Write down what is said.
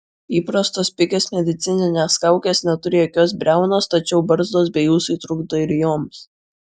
įprastos pigios medicininės kaukės neturi tokios briaunos tačiau barzdos bei ūsai trukdo ir joms